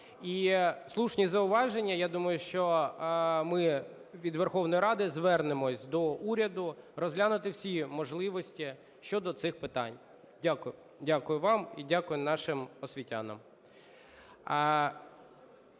І слушні зауваження, я думаю, що ми від Верховної Ради звернемось до уряду розглянути всі можливості щодо цих питань. Дякую. Дякую вам. І дякую нашим освітянам.